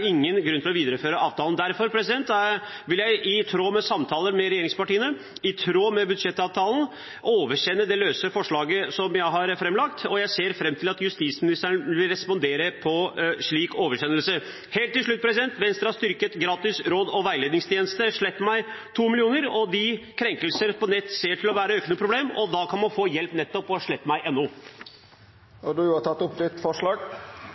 i tråd med samtaler med regjeringspartiene, og i tråd med budsjettavtalen, ber jeg om at det blir oversendt. Jeg ser fram til at justisministeren vil respondere på en slik oversendelse. Helt til slutt: Venstre har styrket den gratis råd- og veiledningstjenesten slettmeg.no med 2 mill. kr. Krenkelser på nett ser ut til å være et økende problem, og da kan man få hjelp nettopp på slettmeg.no. Representanten Abid Q. Raja har tatt opp